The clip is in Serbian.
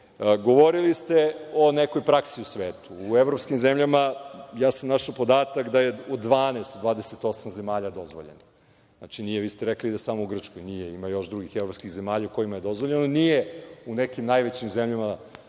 ste o nekoj praksi u svetu. U evropskim zemljama, našao sam podatak da je u 12 od 28 zemalja dozvoljeno. Vi ste rekli da je samo u Grčkoj. Nije, ima još drugih evropskih zemalja u kojima je dozvoljeno, nije u nekim najvećim zemljama dozvoljeno.